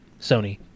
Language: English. sony